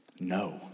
No